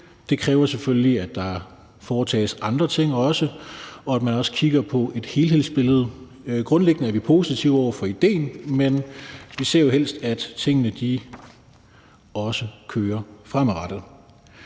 Det kræver selvfølgelig også, at der foretages andre ting, og at man også kigger på helhedsbilledet. Grundlæggende er vi positive over for idéen, men vi ser jo helst, at tingene også kører fremadrettet.